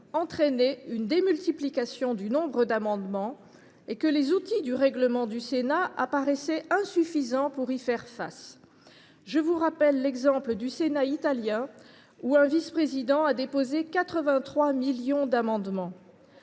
entraînaient une démultiplication du nombre d’amendements et si les outils du règlement du Sénat apparaissaient insuffisants pour y faire face. Mes chers collègues, je vous rappelle l’exemple du Sénat italien, où un vice président a déposé 83 millions d’amendements…